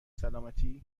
سالمتی